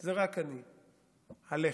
זה רק אני: הלחם.